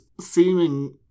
seeming